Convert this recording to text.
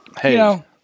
Hey